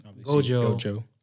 Gojo